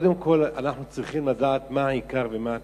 קודם כול, אנחנו צריכים לדעת מה העיקר ומה הטפל.